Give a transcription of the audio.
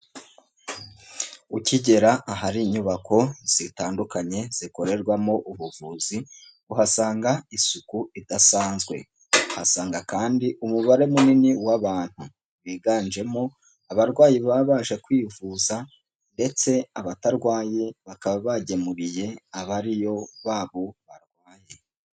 Ukigera ahari inyubako zitandukanye zikorerwamo ubuvuzi, uhasanga isuku idasanzwe, uhasanga kandi umubare munini w'abantu, biganjemo abarwayi baba baje kwivuza ndetse abatarwaye bakaba bagemuriye abari yo babo barwaye.